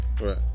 right